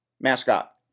Mascot